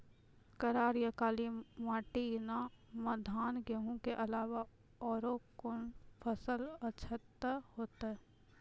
करार या काली माटी म धान, गेहूँ के अलावा औरो कोन फसल अचछा होतै?